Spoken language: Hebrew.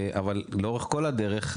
אבל לאורך כל הדרך,